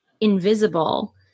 invisible